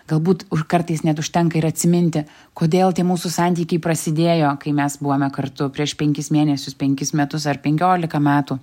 galbūt kartais net užtenka ir atsiminti kodėl tie mūsų santykiai prasidėjo kai mes buvome kartu prieš penkis mėnesius penkis metus ar penkiolika metų